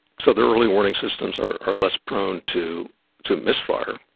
so their early warning systems are are less prone to to misfire.